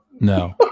No